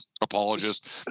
apologist